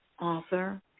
author